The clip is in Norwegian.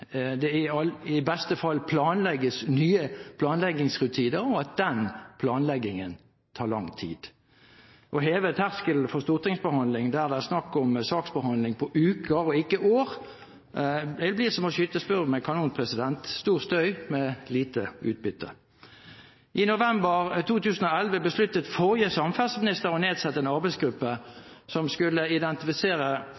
i beste fall planlegges nye planleggingsrutiner, og at den planleggingen tar lang tid. Å heve terskelen for stortingsbehandling der det er snakk om saksbehandling på uker og ikke år, blir som å skyte spurv med kanon: stor støy med lite utbytte. I november 2011 besluttet forrige samferdselsminister å nedsette en